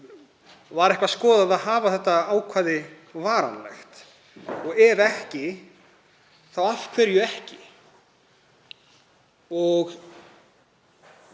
Var eitthvað skoðað að hafa þetta ákvæði varanlegt? Og ef ekki, af hverju ekki?